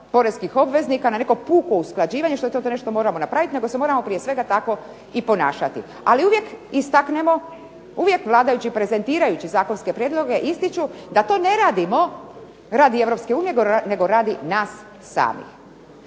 poreskih obveznika na neko puko usklađivanje što nešto moramo napraviti, nego se moramo prije svega tako i ponašati. Ali uvijek istaknemo, uvijek vladajući prezentirajući zakonske prijedloge ističu da to ne radimo radi Europske unije nego radi nas samih.